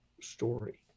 story